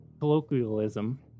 colloquialism